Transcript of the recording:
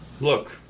Look